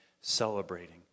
celebrating